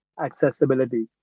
accessibility